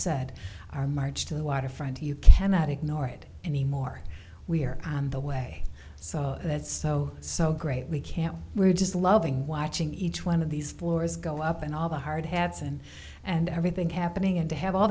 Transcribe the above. said our march to the waterfront you cannot ignore it anymore we are on the way so that's so so great we can't we're just loving watching each one of these floors go up and all the hard hats and and everything happening and to have all